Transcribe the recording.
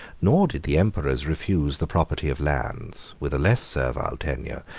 nor did the emperors refuse the property of lands, with a less servile tenure,